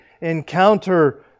encounter